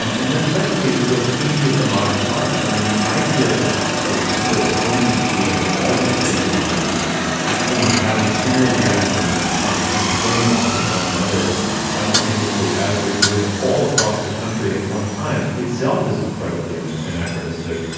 um and then secondly, of course, tv is the modern hearth. i mean, the idea of of people appointment viewing all at the same time had, you know, having similar reactions um and playing off of one another simultaneously as they're doing it all across the country at one time itself is incredibly and anachronistic.